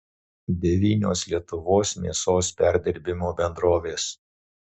devynios lietuvos mėsos perdirbimo bendrovės